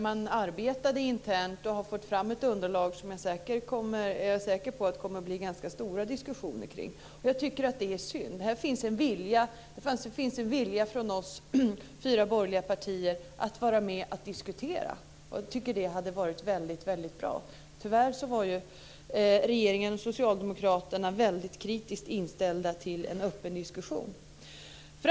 Man arbetade internt och har fått fram ett underlag som jag är säker på att det kommer att bli ganska stora diskussioner kring. Jag tycker att det är synd. Här finns en vilja från oss fyra borgerliga partier att vara med och diskutera. Jag tycker att det hade varit bra. Tyvärr var regeringen och Socialdemokraterna kritiskt inställda till en öppen diskussion.